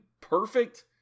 perfect